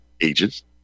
ages